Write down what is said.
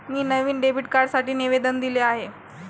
मी नवीन डेबिट कार्डसाठी निवेदन दिले आहे